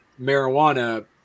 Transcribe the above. marijuana